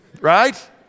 Right